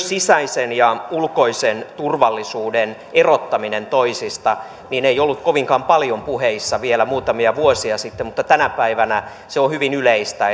sisäisen ja ulkoisen turvallisuuden erottaminen toisistaan ei ollut kovinkaan paljon puheissa vielä muutamia vuosia sitten mutta tänä päivänä se on hyvin yleistä